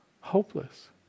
hopeless